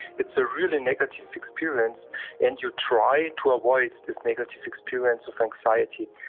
it's a really negative experience and you try to avoid this negative experience of anxiety.